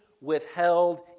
withheld